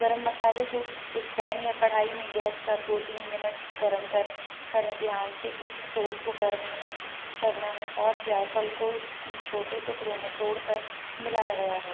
गरम मसाले को एक पैन या कड़ाही में गैस कर दो तीन मिनीट गर्म कर करें ध्यान से इस सौंट को गर्म नहीं करना हैं और जायफल को छोटे टुकड़ों में तोड़कर मिलाया गया हो